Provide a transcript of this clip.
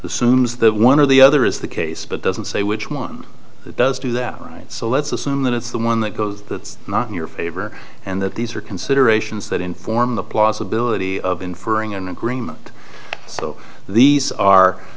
as that one of the other is the case but doesn't say which one does do that right so let's assume that it's the one that goes that's not in your favor and that these are considerations that inform the plausibility of inferring an agreement so these are